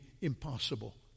impossible